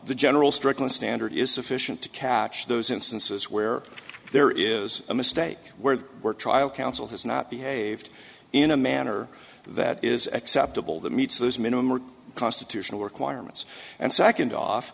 the general strickland standard is sufficient to catch those instances where there is a mistake where there were trial counsel has not behaved in a manner that is acceptable that meets those minimum or constitutional requirements and second